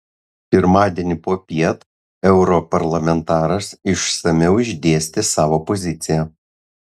pirmadienį popiet europarlamentaras išsamiau išdėstė savo poziciją